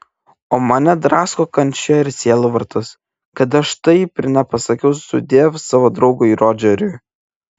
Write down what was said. o mane drasko kančia ir sielvartas kad aš taip ir nepasakiau sudiev savo draugui rodžeriui